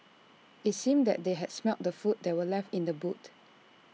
IT seemed that they had smelt the food that were left in the boot